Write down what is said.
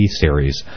series